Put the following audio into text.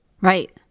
right